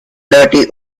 dirty